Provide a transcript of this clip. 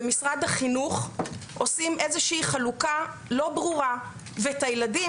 במשרד החינוך עושים איזושהי חלוקה לא ברורה ואת הילדים